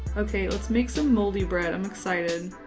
okay, let's make some moldy bread. i'm excited.